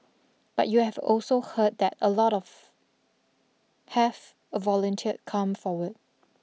but you have also heard that a lot of have a volunteer come forward